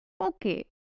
okay